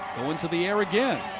going to the air again.